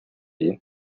you